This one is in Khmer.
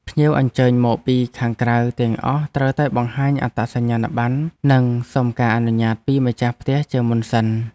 ភ្ញៀវអញ្ជើញមកពីខាងក្រៅទាំងអស់ត្រូវតែបង្ហាញអត្តសញ្ញាណប័ណ្ណនិងសុំការអនុញ្ញាតពីម្ចាស់ផ្ទះជាមុនសិន។